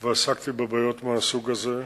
ועסקתי בבעיות מהסוג הזה,